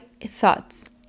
thoughts